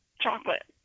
chocolate